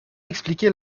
expliquer